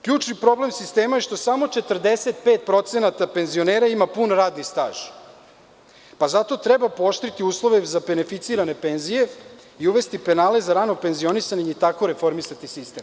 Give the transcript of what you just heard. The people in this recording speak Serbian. Ključni problem sistema je što samo 45% penzionera ima pun radni staž, pa zato treba pooštriti uslove za beneficirane penzije i uvesti penale za rano penzionisanje i tako reformisati sistem.